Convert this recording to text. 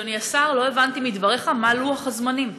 אדוני השר, לא הבנתי מדבריך: מה לוח הזמנים?